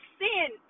sin